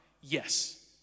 yes